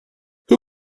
who